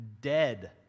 dead